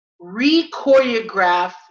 re-choreograph